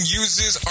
uses